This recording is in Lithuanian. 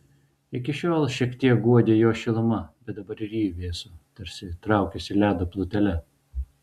iki šiol šiek tiek guodė jo šiluma bet dabar ir ji vėso tarsi traukėsi ledo plutele